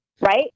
right